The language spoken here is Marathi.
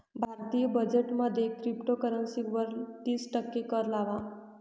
भारतीय बजेट मध्ये क्रिप्टोकरंसी वर तिस टक्के कर लावला